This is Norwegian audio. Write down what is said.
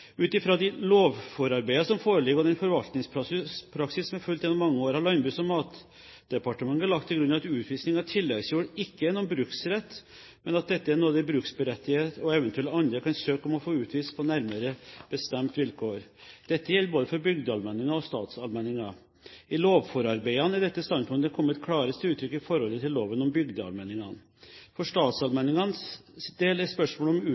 Ut fra de lovforarbeider som foreligger, og den forvaltningspraksis som er fulgt gjennom mange år, har Landbruks- og matdepartementet lagt til grunn at utvisning av tilleggsjord ikke er noen bruksrett, men at dette er noe de bruksberettigede og eventuelt andre kan søke om å få utvist på nærmere bestemte vilkår. Dette gjelder både for bygdeallmenninger og statsallmenninger. I lovforarbeidene er dette standpunktet kommet klarest til uttrykk i forhold til loven om bygdeallmenningene. For statsallmenningenes del er spørsmålet om